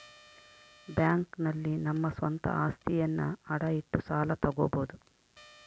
bank ನಲ್ಲಿ ನಮ್ಮ ಸ್ವಂತ ಅಸ್ತಿಯನ್ನ ಅಡ ಇಟ್ಟು ಸಾಲ ತಗೋಬೋದು